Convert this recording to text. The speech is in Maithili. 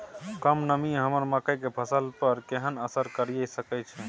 कम नमी हमर मकई के फसल पर केहन असर करिये सकै छै?